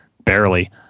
barely